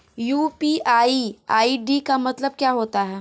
UPI ID का मतलब क्या होता है?